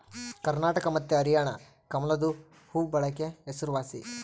ಕರ್ನಾಟಕ ಮತ್ತೆ ಹರ್ಯಾಣ ಕಮಲದು ಹೂವ್ವಬೆಳೆಕ ಹೆಸರುವಾಸಿ